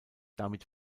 damit